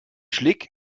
schlick